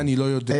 זה אני לא יודע.